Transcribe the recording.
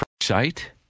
site